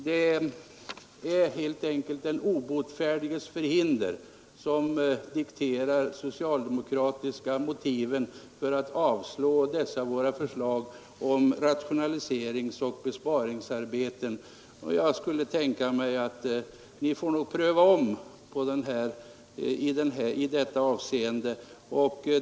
Det är helt enkelt den obotfärdiges förhinder som dikterar de socialdemokratiska motiven för att avstyrka dessa våra förslag om rationaliseringsoch besparingsarbeten. Ni får nog pröva om ert ställningstagande i det avseendet!